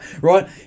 right